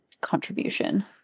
contribution